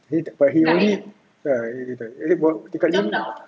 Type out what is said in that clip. but he only ya he die tingkap ni